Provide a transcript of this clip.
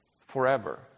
forever